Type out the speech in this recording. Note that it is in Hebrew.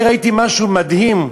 אני ראיתי משהו מדהים,